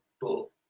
book